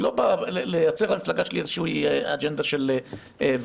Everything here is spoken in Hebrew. אני לא בא לייצר למפלגה שלי איזושהי אג'נדה של וטו,